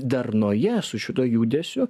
darnoje su šituo judesiu